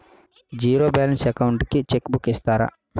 Zero balance account కి cheque book ఇస్తారా?